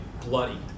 bloody